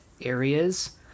areas